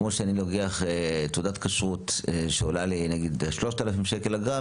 זה כמו אני לוקח תעודת כשרות שעולה לי נגיד 3,000 שקלים אגרה.